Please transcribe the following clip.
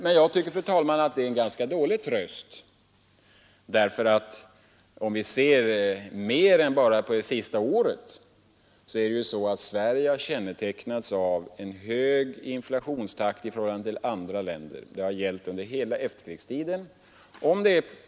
Men, fru talman, detta är en ganska dålig tröst. Om vi ser längre tillbaka än enbart det senaste året har Sverige kännetecknats av en hög inflationstakt jämfört med andra länder. Detta har gällt under hela efterkrigstiden.